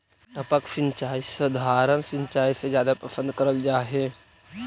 टपक सिंचाई सधारण सिंचाई से जादा पसंद करल जा हे